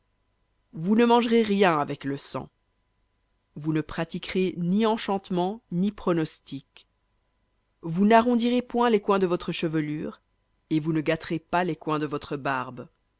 vous ne mangerez rien avec le sang vous ne pratiquerez ni enchantements ni pronostics vous n'arrondirez point les coins de votre chevelure et vous ne gâterez pas les coins de votre barbe